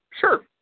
Sure